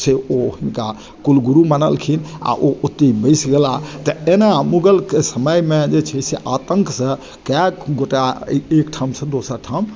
जे ओ हुनका कुलगुरु मानलखिन आ ओ ओतय बसि गेलाह तऽ एना मुगल के समय मे जे छै आतंक से कए गोटा एक ठाम से दोसर ठाम